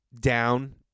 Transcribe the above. down